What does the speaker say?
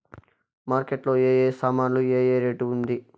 Market లో ఏ ఏ సామాన్లు ఏ ఏ రేటు ఉంది?